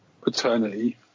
paternity